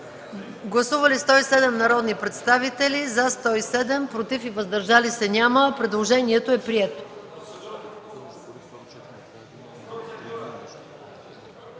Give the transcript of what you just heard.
Гласували 107 народни представители: за 107, против и въздържали се няма. Предложението е прието.